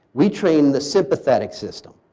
we train the sympathetic system.